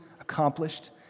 accomplished